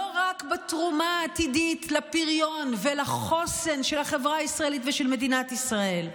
לא רק בתרומה העתידית לפריון ולחוסן של החברה הישראלית ושל מדינת ישראל,